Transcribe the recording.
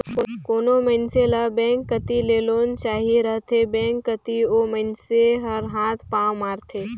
कोनो मइनसे ल बेंक कती ले लोन चाहिए रहथे बेंक कती ओ मइनसे हर हाथ पांव मारथे